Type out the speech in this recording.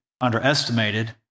underestimated